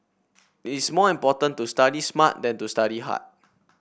it is more important to study smart than to study hard